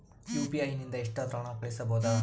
UPI ನಿಂದ ಎಷ್ಟಾದರೂ ಹಣ ಕಳಿಸಬಹುದಾ?